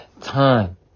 time